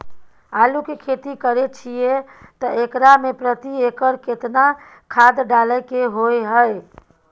आलू के खेती करे छिये त एकरा मे प्रति एकर केतना खाद डालय के होय हय?